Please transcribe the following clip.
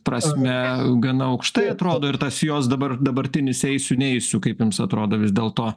prasme gana aukštai atrodo ir tas jos dabar dabartinis eisiu neisiu kaip jums atrodo vis dėlto